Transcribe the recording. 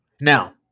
Now